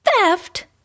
Theft